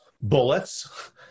bullets